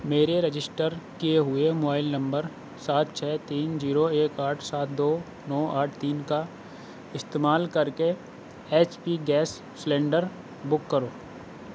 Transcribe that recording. میرے رجسٹر کیے ہوئے موبائل نمبر سات چھ تین زیرو ایک آٹھ سات دو نو آٹھ تین کا استعمال کرکے H P gas cylinder book کرو